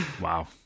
Wow